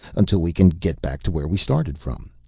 until we can get back to where we started from.